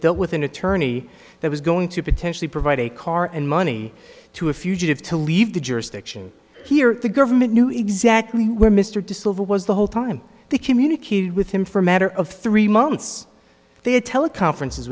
dealt with an attorney that was going to potentially provide a car and money to a fugitive to leave the jurisdiction here the government knew exactly where mr de silva was the whole time they communicated with him for a matter of three months they had teleconferences w